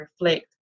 reflect